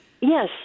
Yes